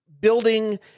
building